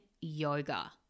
yoga